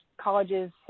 colleges